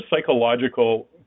psychological